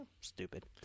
stupid